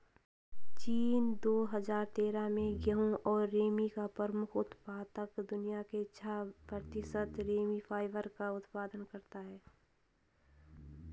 चीन, दो हजार तेरह में गेहूं और रेमी का प्रमुख उत्पादक, दुनिया के छह प्रतिशत रेमी फाइबर का उत्पादन करता है